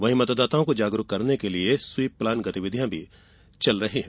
वही मतदाताओं को जागरूक करने के लिए स्वीप प्लान गतिविधियां भी चल रही है